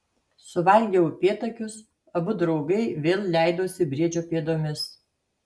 suvalgę upėtakius abu draugai vėl leidosi briedžio pėdomis